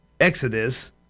exodus